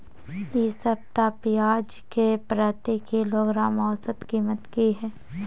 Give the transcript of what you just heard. इ सप्ताह पियाज के प्रति किलोग्राम औसत कीमत की हय?